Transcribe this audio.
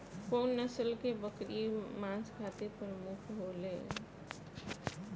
कउन नस्ल के बकरी मांस खातिर प्रमुख होले?